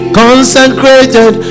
consecrated